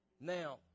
Now